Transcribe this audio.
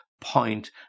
point